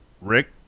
Rick